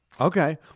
Okay